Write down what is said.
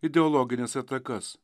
ideologines atakas